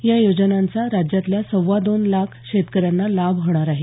या योजनांचा राज्यातल्या सवादोन लाख शेतकऱ्यांना लाभ होणार आहे